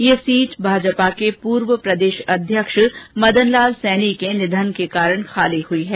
यह सीट भाजपा के पूर्व प्रदेशाध्यक्ष मदन लाल सैनी के निधन के कारण खाली हई है